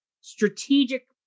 strategic